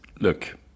look